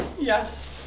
Yes